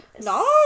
no